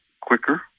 quicker